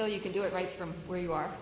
so you can do it right from where you are